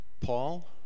Paul